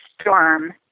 storm